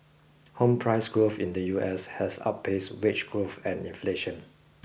home price growth in the U S has outpaced wage growth and inflation